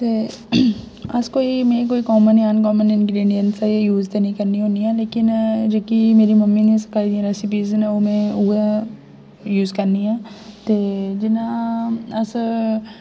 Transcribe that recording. ते अस कोई में कोई कॉमन जां अनकॉमन इंग्रेडिएंट्स यूज़ ते नेईं करनी होनी ऐ लेकिन जेह्की मेरी मम्मी दी सखाई दी रेसिपी न ओह् में उ'ऐ यूज़ करनी ऐ ते जिं'या अस